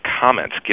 comments